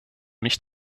mich